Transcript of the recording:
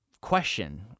Question